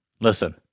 Listen